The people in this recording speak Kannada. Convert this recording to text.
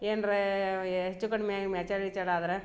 ಏನ್ರೇ ಏ ಹೆಚ್ಚು ಕಡಿಮೆ ಮೇಚರ್ಡ್ ಗೀಚರ್ಡ್ ಆದರೆ